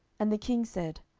and the king said,